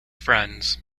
friends